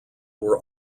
were